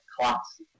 class